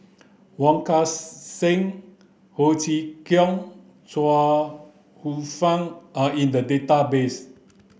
wong Kan Seng Ho Chee Kong Chuang Hsueh Fang are in the database